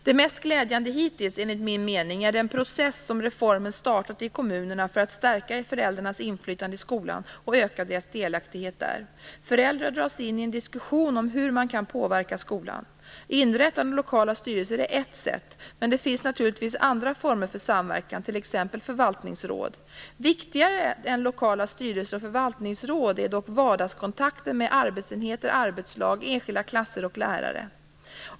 Det mest glädjande hittills - enligt min mening - är den process som reformen startat i kommunerna för att stärka föräldrarnas inflytande i skolan och öka deras delaktighet där. Föräldrar dras in i en diskussion om hur man kan påverka skolan. Inrättande av lokala styrelser är ett sätt, men det finns naturligtvis andra former för samverkan, t.ex. förvaltningsråd. Viktigare än lokala styrelser och förvaltningsråd är dock vardagskontakten med arbetsenheter, arbetslag, enskilda klasser och lärare.